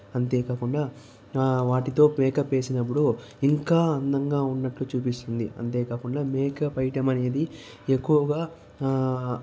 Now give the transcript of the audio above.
అంతే కాకుండా వాటితో మేకప్ వేసినప్పుడు ఇంకా అందంగా ఉన్నట్లు చూపిస్తుంది అంతేకాకుండా మేకప్ ఐటెమ్ అనేది ఎక్కువగా